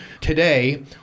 Today